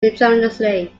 tremendously